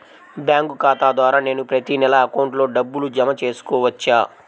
Bank ఖాతా ద్వారా నేను ప్రతి నెల అకౌంట్లో డబ్బులు జమ చేసుకోవచ్చా?